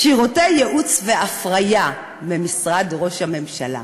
שירותי ייעוץ והפריה, במשרד ראש הממשלה.